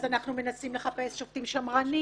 אנחנו מנסים לחפש שופטים שמרנים